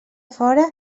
fora